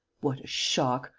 what a shock!